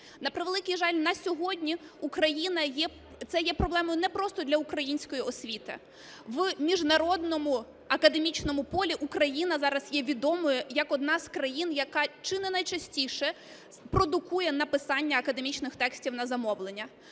На превеликий жаль, на сьогодні це є проблемою не просто для української освіти, в міжнародному академічному полі Україна зараз є відомою як одна з країн, яка чи не найчастіше продукує написання академічних текстів на замовлення.